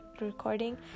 recording